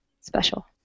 special